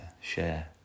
share